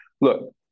Look